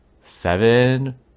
seven